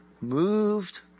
Moved